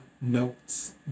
notes